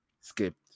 Skipped